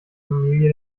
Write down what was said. familie